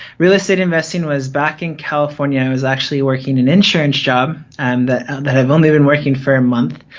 real estate investing was back in california, i was actually working an insurance job and that i have only been working for a month,